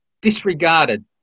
disregarded